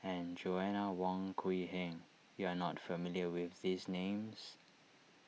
and Joanna Wong Quee Heng you are not familiar with these names